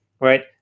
Right